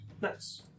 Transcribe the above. Nice